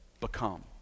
become